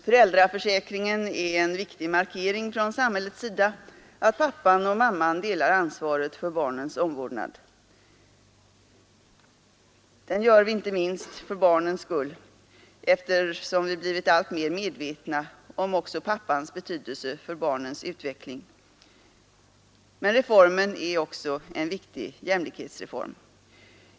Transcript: Föräldraförsäkringen är en viktig markering från samhällets sida att pappan och mamman delar ansvaret för barnens omvårdnad. Denna markering gör vi inte minst för barnens skull, eftersom vi blivit alltmer medvetna om också pappans betydelse för barnens utveckling. Men reformen är också en viktig jämlikhetsreform.